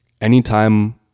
anytime